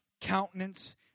countenance